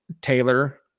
Taylor